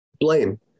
blame